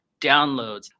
downloads